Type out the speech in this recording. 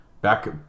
back